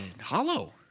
hollow